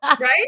Right